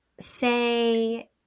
say